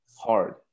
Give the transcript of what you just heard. hard